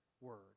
word